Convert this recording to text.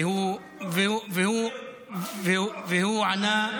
והוא ענה,